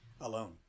alone